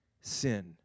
sin